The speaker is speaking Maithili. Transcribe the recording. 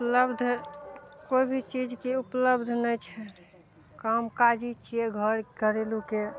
उपलब्ध कोइ भी चीजके उपलब्ध नहि छै काम काजी छियै घर करेलूके